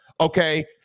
okay